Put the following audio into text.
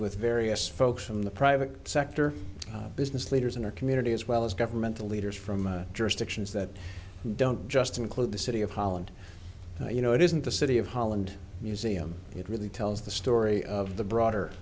with various folks from the private sector business leaders in our community as well as governmental leaders from jurisdictions that don't just include the city of holland you know it isn't the city of holland museum it really tells the story of the broader